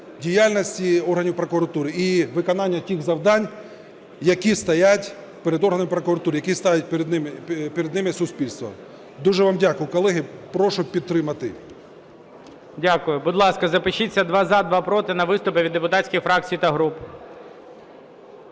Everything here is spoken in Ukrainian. діяльності органів прокуратури і виконання тих завдань, які стоять перед органами прокуратури, і які ставить перед ними суспільство. Дуже вам дякую, колеги. Прошу підтримати. ГОЛОВУЮЧИЙ. Дякую. Будь ласка, запишіться: два – за, два – проти, на виступи від депутатських фракцій та груп.